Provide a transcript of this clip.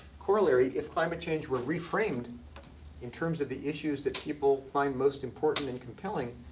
corollary, if climate change were reframed in terms of the issues that people find most important and compelling,